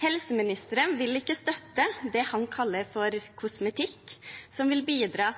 Helseministeren vil ikke støtte det han kaller for «kosmetikk», som vil bidra